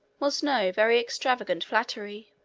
was no very extravagant flattery.